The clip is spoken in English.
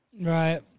Right